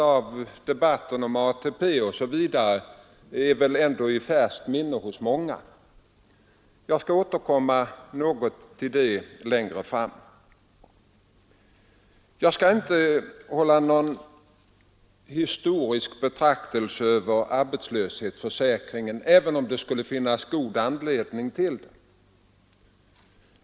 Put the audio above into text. ATP-debatten t.ex. är väl ändå i färskt minne hos många. Jag skall återkomma till detta längre fram. Jag skall inte hålla någon historisk betraktelse över arbetslöshetsförsäkringen, även om det skulle finnas god anledning till det.